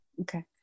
okay